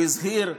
הוא הזהיר מזה,